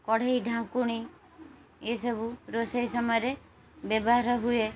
କଢ଼େଇ ଢାଙ୍କୁଣୀ ଏସବୁ ରୋଷେଇ ସମୟରେ ବ୍ୟବହାର ହୁଏ